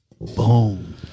Boom